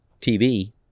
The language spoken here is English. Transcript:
TV